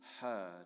heard